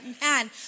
man